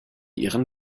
ihren